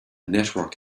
network